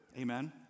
Amen